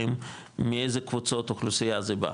מאיזה קבוצות אוכלוסייה זה בא?